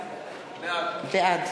בעד